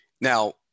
Now